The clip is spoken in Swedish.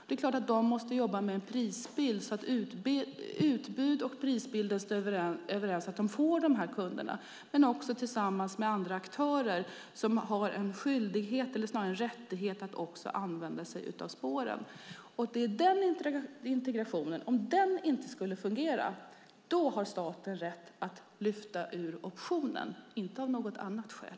Det är klart att man måste jobba med att utbud och prisbild stämmer överens och så att man får de här kunderna men även jobba tillsammans med andra aktörer som också har rätt att använda sig av spåren. Om den integrationen inte skulle fungera har staten rätt att lösa ut optionen - inte av något annat skäl.